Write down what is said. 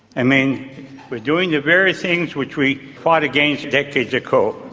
i mean, we are doing the very things which we fought against decades ago.